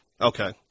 Okay